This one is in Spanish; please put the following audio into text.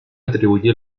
atribuye